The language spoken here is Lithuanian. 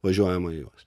važiuojamąją juostą